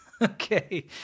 Okay